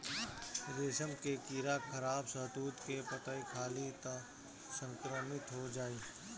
रेशम के कीड़ा खराब शहतूत के पतइ खाली त संक्रमित हो जाई